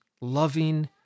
loving